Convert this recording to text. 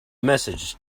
message